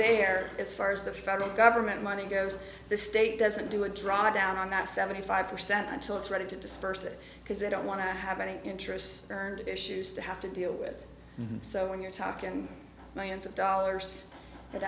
there as far as the federal government money goes the state doesn't do a drawing down on that seventy five percent until it's ready to disperse it because they don't want to have any interest earned issues to have to deal with so when you're talking millions of dollars that